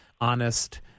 honest